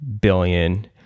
billion